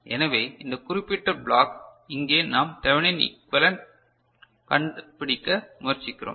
எனவே இந்த குறிப்பிட்ட பிளாக் இங்கே நாம் தெவெனின் ஈகிவலென்ட் கண்டுபிடிக்க முயற்சிக்கிறோம்